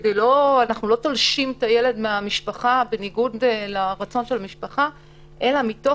אנחנו לא תולשים את הילד מהמשפחה בניגוד לרצונה אלא מתוך